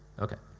okay.